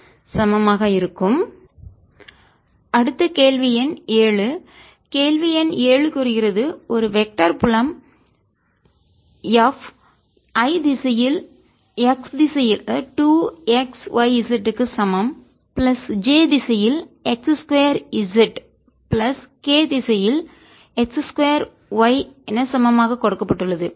dl0adx0ady 1 x2a2a a23 அடுத்த கேள்வி எண் 7 கேள்வி எண் 7 கூறுகிறது ஒரு வெக்டர் புலம் F i திசையில் x திசையில் 2 xyz க்கு சமம் பிளஸ் j திசையில் x 2 z பிளஸ் k திசையில் x 2 y என சமமாக கொடுக்கப்பட்டுள்ளது